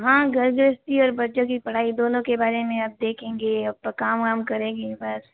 हाँ घर गृहस्थी और बच्चों की पढ़ाई दोनों के बारे में अब देखेंगे अब तो काम वाम करेंगे बस